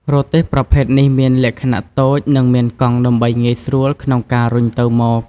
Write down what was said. រទេះប្រភេទនេះមានលក្ខណៈតូចនិងមានកង់ដើម្បីងាយស្រួលក្នុងការរុញទៅមក។